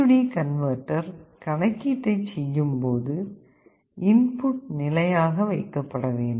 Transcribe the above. AD converter கணக்கீட்டைச் செய்யும்போது input நிலையாக வைக்கப்பட வேண்டும்